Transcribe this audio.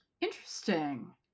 Interesting